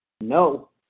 No